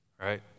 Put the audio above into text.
right